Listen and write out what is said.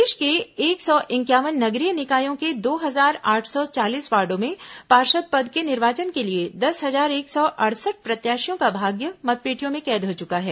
प्रदेश के एक सौ इंक्यावन नगरीय निकायों के दो हजार आठ सौ चालीस वार्डो में पार्षद पद के निर्वाचन के लिए दस हजार एक सौ अड़सठ प्रत्याशियों का भाग्य मतपेटियों में कैद हो चुका है